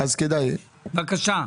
בבקשה.